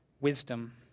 wisdom